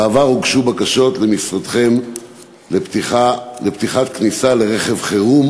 בעבר הוגשו בקשות למשרדכם לפתיחת כניסה לרכב חירום